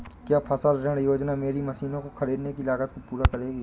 क्या फसल ऋण योजना मेरी मशीनों को ख़रीदने की लागत को पूरा करेगी?